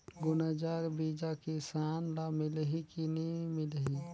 गुनजा बिजा किसान ल मिलही की नी मिलही?